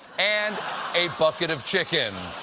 and a bucket of chicken.